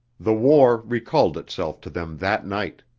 the war recalled itself to them that night.